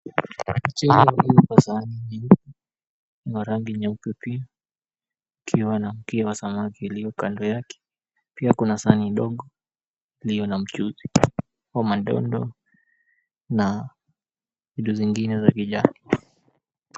Mchele ulio kwa sahani nyeupe, niwa rangi nyeupe pia kukiwa na mkia wa samaki iliyo kando yake, pia kuna sahani ndogo iliyo na mchuzi wa madondo na vitu zingine za kijani.